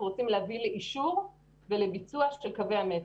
רוצים להביא לאישור ולביצוע של קווי המטרו.